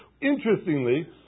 interestingly